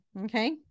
Okay